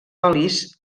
olis